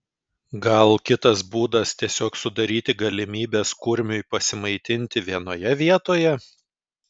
gal kitas būdas tiesiog sudaryti galimybes kurmiui pasimaitinti vienoje vietoje